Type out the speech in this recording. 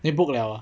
你 book liao ah